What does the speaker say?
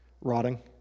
rotting